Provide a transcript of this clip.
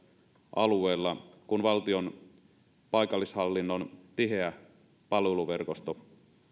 alueella kun valtion paikallishallinnon tiheä palveluverkosto